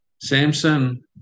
Samson